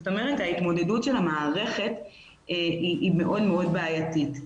זאת אומרת ההתמודדות של המערכת היא מאוד בעייתית,